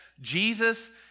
Jesus